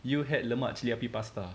you had lemak cili api pasta